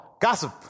gossip